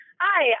Hi